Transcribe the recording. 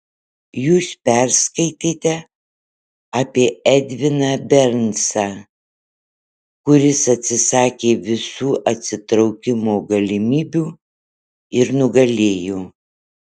jūs perskaitėte apie edviną bernsą kuris atsisakė visų atsitraukimo galimybių ir nugalėjo